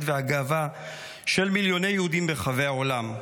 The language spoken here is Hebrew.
והגאווה של מיליוני יהודים ברחבי העולם.